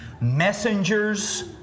messengers